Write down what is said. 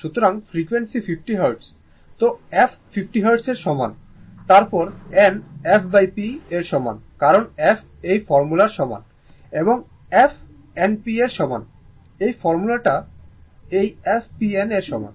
সুতরাং frequency 50 hertz তো f 50 hertz এর সমান তারপর n fp এর সমান কারণ f এই ফর্মুলার সমান এবং f n p এর সমান এই ফর্মুলা তে এই f p n এর সমান